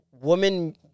woman